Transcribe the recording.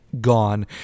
gone